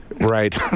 Right